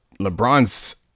LeBron's